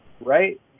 Right